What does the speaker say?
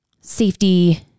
safety